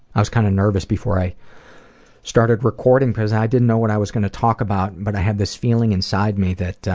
i was kind of nervous before i started recording cause i didn't know what i was going to talk about but i had this feeling inside me that